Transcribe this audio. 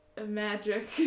magic